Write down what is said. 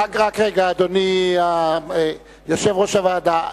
רק רגע, אדוני יושב-ראש הוועדה.